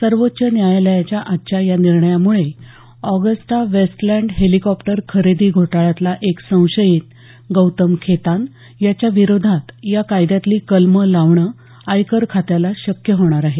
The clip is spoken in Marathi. सर्वोच्च न्यायालयाच्या आजच्या या निर्णयामुळे ऑगस्टा वेस्टलँड हेलिकॉप्टर घोटाळ्यातला एक संशयीत गौतम खेतान याच्या विरोधात या कायद्यातली कलमं लावणं आयकर खात्याला शक्य होणार आहे